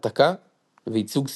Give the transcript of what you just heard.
התקה וייצוג סמלי.